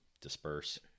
disperse